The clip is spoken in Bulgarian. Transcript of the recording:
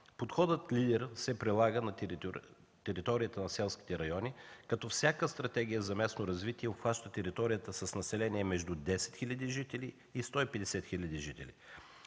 Подходът „Лидер” се прилага на територията на селските райони, като всяка Стратегия за местно развитие обхваща територия с население между 10 хиляди и 150 хиляди жители.